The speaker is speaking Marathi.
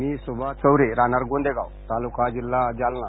मी सुभाष चौरे राहणार गोंदेगाव तालुका जिल्हा जालना